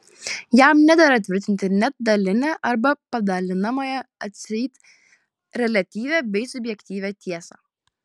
jam nedera tvirtinti net dalinę arba padalinamąją atseit reliatyvią bei subjektyvią tiesą